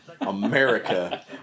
America